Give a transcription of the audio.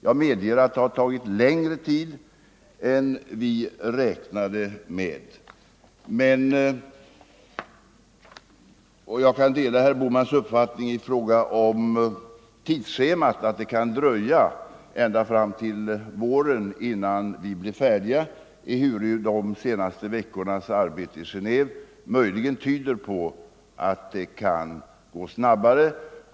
Jag medger att det har tagit längre tid än vi räknat med, och jag kan dela herr Bohmans uppfattning om tidsschemat. Det kan dröja ända fram till våren innan vi blir färdiga ehuru de senaste veckornas arbete i Genéve möjligen tyder på att det kan gå snabbare.